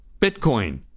Bitcoin